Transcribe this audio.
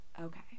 okay